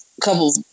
couple